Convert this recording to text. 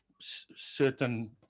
certain